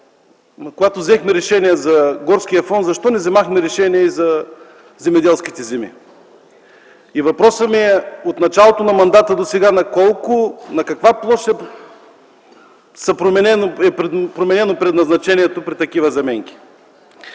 Когато взехме решение за горския фонд, защо не взехме решение и за земеделските земи? Въпросът ми е: от началото на мандата досега на каква площ е променено предназначението при такива заменки?